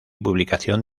publicación